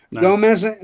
Gomez